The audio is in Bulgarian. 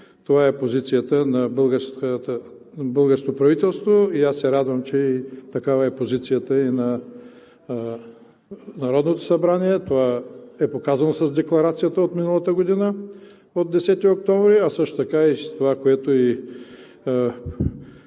Това е позицията на българското правителство и аз се радвам, че такава е позицията и на Народното събрание. Това е показано с Декларацията от 10 октомври 2019 г., а също така и с това, което